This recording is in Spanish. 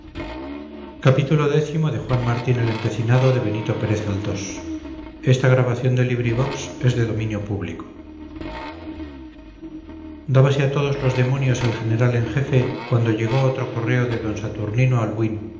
qué fin dábase a todos los demonios el general en jefe cuando llegó otro correo de d saturnino albuín